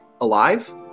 alive